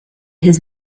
his